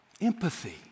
Empathy